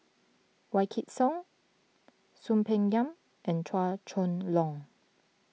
Wykidd Song Soon Peng Yam and Chua Chong Long